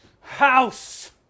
House